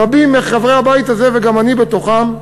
רבים מחברי הבית הזה, וגם אני בתוכם,